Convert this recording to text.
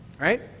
Right